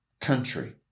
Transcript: Country